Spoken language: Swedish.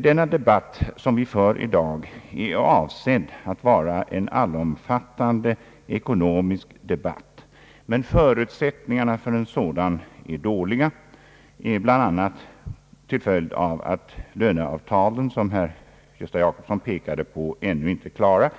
Den debatt som vi för i dag är avsedd att vara en allomfattande ekonomisk debatt, men förutsättningarna för en sådan är dåliga, bl.a. till följd av att löneavtalen — som herr Gösta Jacobsson pekade på — ännu inte är klara.